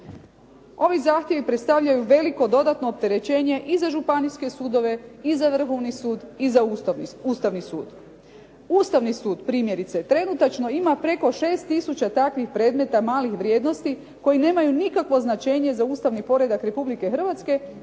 Ovi zahtjevi predstavljaju veliko dodatno opterećenje i za županijske sudove i za Vrhovni sud i za Ustavni sud. Ustavni sud primjerice trenutačno ima preko 6 tisuća takvih predmeta malih vrijednosti koji nemaju nikakvo značenje za Ustavni poredak Republike Hrvatske,